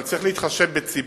אבל צריך להתחשב בציבור.